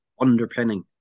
underpinning